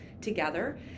together